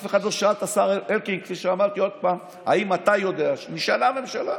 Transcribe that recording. אף אחד לא שאל את השר אלקין "האם אתה יודע" הממשלה נשאלה.